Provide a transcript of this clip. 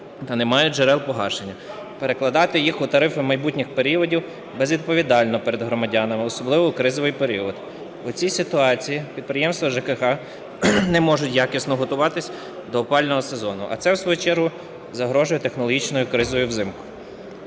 та не мають джерел погашення. Перекладати їх у тарифи майбутніх періодів безвідповідально перед громадянами, особливо в кризовий період. У цій ситуації підприємства ЖКГ не можуть якісно готуватись до опалювального сезону, а це в свою чергу загрожує технологічною кризою взимку.